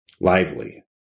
lively